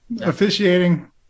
officiating